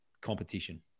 competition